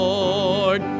Lord